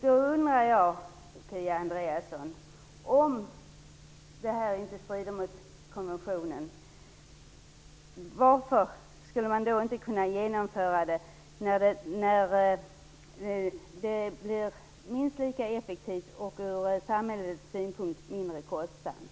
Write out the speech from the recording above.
Då undrar jag, Kia Andreasson: Om förslaget inte strider mot konventionen - varför skulle man då inte kunna genomföra det, när det blir minst lika effektivt och från samhällets synpunkt mindre kostsamt?